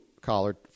Collard